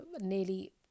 nearly